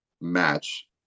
match